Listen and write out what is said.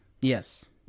Yes